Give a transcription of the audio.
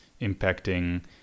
impacting